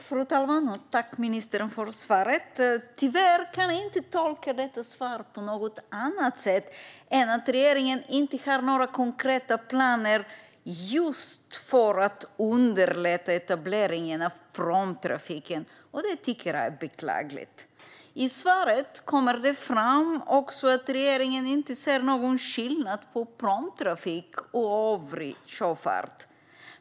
Fru talman! Tack, ministern, för svaret! Tyvärr kan jag inte tolka detta svar på något annat sätt än att regeringen inte har några konkreta planer för att underlätta etableringen av pråmtrafiken. Det tycker jag är beklagligt. I svaret framkommer också att regeringen inte ser någon skillnad på pråmtrafik och övrig sjöfart.